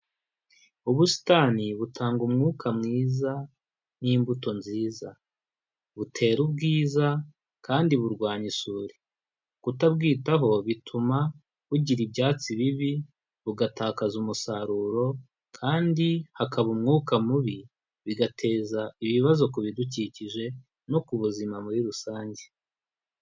Ubusitani butanga umwuka mwiza n'imbuto nziza, butera ubwiza kandi burwanya isuri; kutabwitaho bituma bugira ibyatsi bibi bugatakaza umusaruro kandi hakaba umwuka mubi bigateza ibibazo ku bidukikije no ku buzima muri rusange.